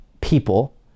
people